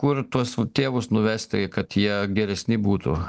kur tuos va tėvus nuvesti kad jie geresni būtų